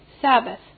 Sabbath